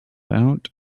out